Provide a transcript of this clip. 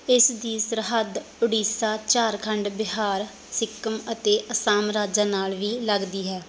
ਇਸ ਦੀ ਸਰਹੱਦ ਓਡੀਸ਼ਾ ਝਾਰਖੰਡ ਬਿਹਾਰ ਸਿੱਕਮ ਅਤੇ ਅਸਾਮ ਰਾਜਾਂ ਨਾਲ ਵੀ ਲੱਗਦੀ ਹੈ